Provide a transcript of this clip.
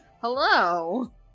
Hello